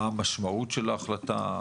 מה המשמעות של ההחלטה,